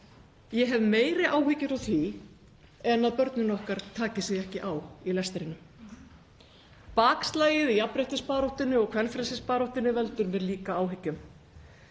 Ég hef meiri áhyggjur af því en að börnin okkar taki sig ekki á í lestrinum. Bakslagið í jafnréttisbaráttunni og kvenfrelsisbaráttunni veldur mér líka áhyggjum.